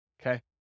Okay